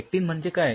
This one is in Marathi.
लेक्टिन म्हणजे काय